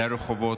לרחובות,